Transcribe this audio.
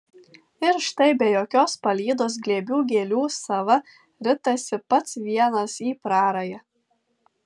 ir štai be jokios palydos glėbių gėlių sava ritasi pats vienas į prarają